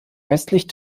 westlich